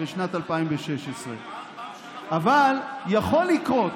בשנת 2016. אבל יכול לקרות,